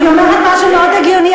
אני אומרת משהו מאוד הגיוני,